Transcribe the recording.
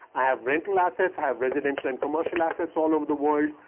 i have rental assets, have residential and commercial assets all over the world.